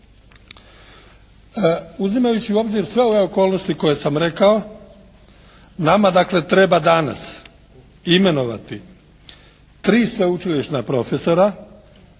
Uzimajući u obzir sve ove okolnosti koje sam rekao nama dakle treba danas imenovati tri sveučilišna profesora